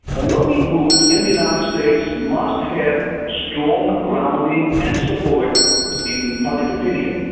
a lobby group in the united states must have strong grounding and support in public opinion,